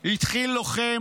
התחיל לוחם,